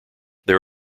there